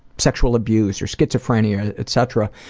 sexual abuse or schizophrenia, etc.